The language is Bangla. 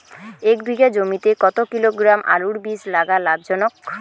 এক বিঘা জমিতে কতো কিলোগ্রাম আলুর বীজ লাগা লাভজনক?